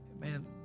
man